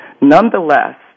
Nonetheless